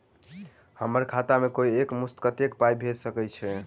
हम्मर खाता मे कोइ एक मुस्त कत्तेक पाई भेजि सकय छई?